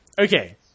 okay